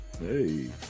Hey